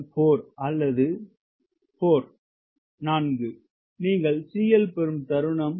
4 அல்லது 4 நீங்கள் CL பெறும் தருணம் 0